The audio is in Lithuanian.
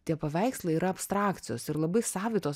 tie paveikslai yra abstrakcijos ir labai savitos